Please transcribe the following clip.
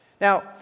Now